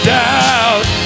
doubt